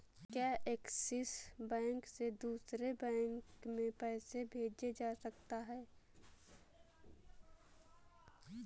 क्या Axis bank से दूसरे बैंक में पैसे भेजे जा सकता हैं?